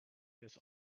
this